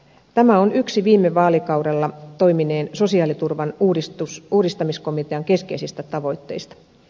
tämä on yksi viime vaalikaudella toimineen sosiaaliturvan uudistamiskomitean keskeisistä tavoitteista